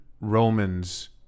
Romans